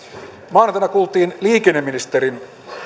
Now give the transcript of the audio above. maanantaina kuultiin liikenneministerin